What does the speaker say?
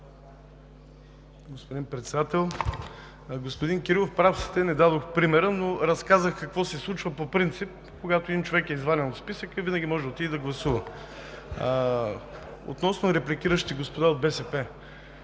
Господин Председател! Господин Кирилов, прав сте, не дадох примера, но разказах какво се случва по принцип, когато един човек е изваден от списъка и винаги може да отиде да гласува. Относно репликиращите господа от БСП.